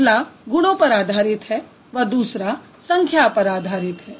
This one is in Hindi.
तो पहला गुणों पर आधारित है व दूसरा संख्या पर आधारित है